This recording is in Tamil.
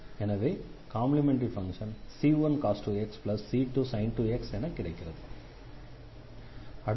எனவே complementary function c1cos 2xc2sin 2x என கிடைக்கிறது